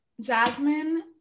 Jasmine